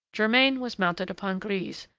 germain was mounted upon grise,